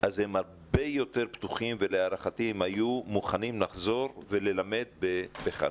הם הרבה יותר פתוחים ולהערכתי הם היו מוכנים לחזור וללמד בחנוכה.